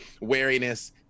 wariness